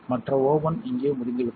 மற்ற ஓவென் இங்கே முடிந்துவிட்டது